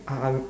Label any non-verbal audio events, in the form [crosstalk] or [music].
[noise]